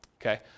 Okay